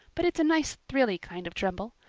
but it's a nice thrilly kind of tremble.